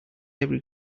every